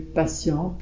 patient